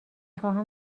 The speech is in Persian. خواهم